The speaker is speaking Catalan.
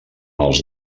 els